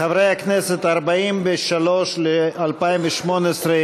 חברי הכנסת, 43 ל-2018: